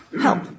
help